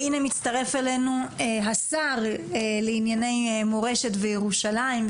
והנה מצטרף אלינו השר לענייני מורשת וירושלים,